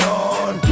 on